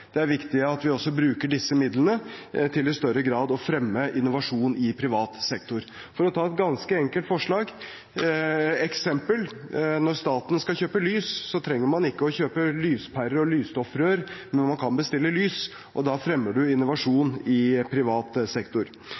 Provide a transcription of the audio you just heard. Det er viktig at vi også bruker disse midlene til i større grad å fremme innovasjon i privat sektor. For å ta et ganske enkelt eksempel: Når staten skal kjøpe lys, trenger man ikke å kjøpe lyspærer og lysstoffrør når man kan bestille lys, og da fremmer man innovasjon i privat sektor.